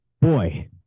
boy